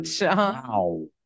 Wow